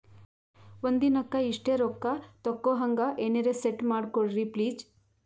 ಒಂದಿನಕ್ಕ ಇಷ್ಟೇ ರೊಕ್ಕ ತಕ್ಕೊಹಂಗ ಎನೆರೆ ಸೆಟ್ ಮಾಡಕೋಡ್ರಿ ಪ್ಲೀಜ್?